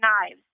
knives